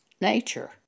nature